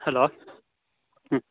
hello